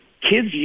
kids